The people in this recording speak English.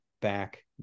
back